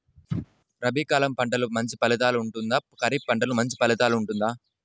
రబీ కాలం పంటలు మంచి ఫలితాలు ఉంటుందా? ఖరీఫ్ పంటలు మంచి ఫలితాలు ఉంటుందా?